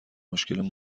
مشکلات